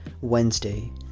Wednesday